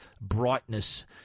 brightness